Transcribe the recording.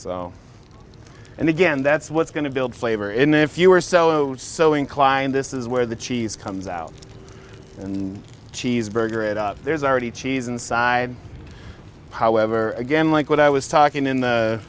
and again that's what's going to build flavor in if you are so so inclined this is where the cheese comes out and cheeseburger it up there's already cheese inside however again like what i was talking in